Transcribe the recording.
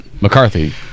McCarthy